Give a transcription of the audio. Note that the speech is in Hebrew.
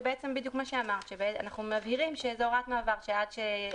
זה בדיוק מה שאמרת אנחנו מבהירים שזאת הוראת מעבר שאומרת